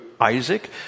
Isaac